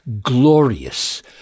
glorious